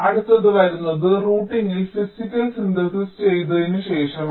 അടുത്തത് വരുന്നത് റൂട്ടിംഗിൽ ഫിസിക്കൽ സിന്തസിസ് ചെയ്തതിനു ശേഷമാണ്